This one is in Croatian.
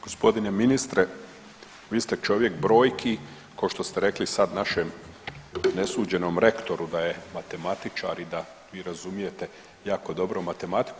Gospodine ministre vi ste čovjek brojki, ko što ste rekli sad našem nesuđenom rektoru da je matematičar i da vi razumijete jako dobro matematiku.